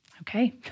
okay